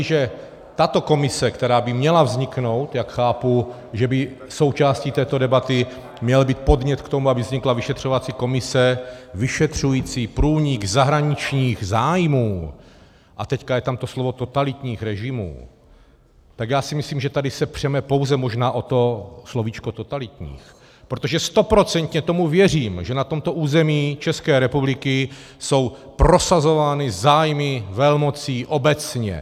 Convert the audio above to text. A jestliže tato komise, která by měla vzniknout, jak chápu, že by součástí této debaty měl být podnět k tomu, aby vznikla vyšetřovací komise vyšetřující průnik zahraničních zájmů, a teď tam je to slovo totalitních režimů, tak já si myslím, že tady se přeme pouze možná o to slovíčko totalitních, protože stoprocentně tomu věřím, že na tomto území ČR jsou prosazovány zájmy velmocí obecně.